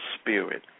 spirit